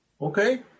okay